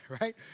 right